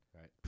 right